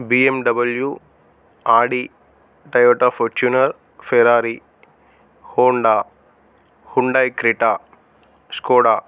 BMW audio Toyota Fortuner Ferrari Honda Hyundai Creta Skoda